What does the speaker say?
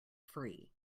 free